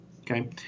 Okay